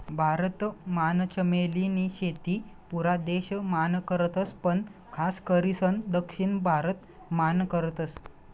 भारत मान चमेली नी शेती पुरा देश मान करतस पण खास करीसन दक्षिण भारत मान करतस